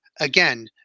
again